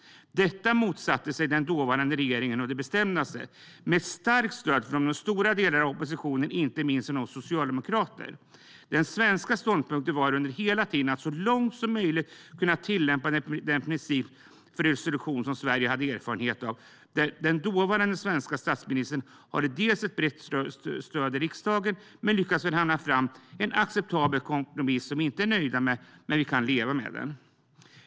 Detta motsatte sig den dåvarande regeringen å de bestämdaste med ett starkt stöd från stora delar av oppositionen och inte minst från oss socialdemokrater. Den svenska ståndpunkten var under hela tiden att vi så långt som möjligt skulle tillämpa den princip för resolution som Sverige hade erfarenhet av. Den dåvarande svenska statsministern hade ett brett stöd i riksdagen och lyckades förhandla fram en acceptabel kompromiss som vi inte är nöjda med men kan leva med.